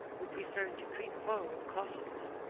who preferred to creep forward cautiously,